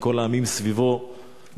כי כל העמים סביבו נפלו,